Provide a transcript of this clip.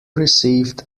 received